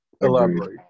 Elaborate